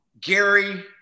Gary